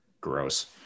Gross